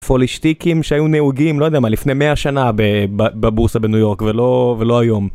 פולישטיקים שהיו נהוגים לא יודע מה לפני 100 שנה בבורסה בניו יורק ולא ולא היום.